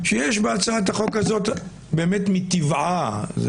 שיש בהצעת החוק הזאת באמת מטבעה.